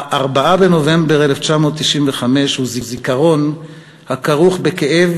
4 בנובמבר 1995 הוא זיכרון הכרוך בכאב,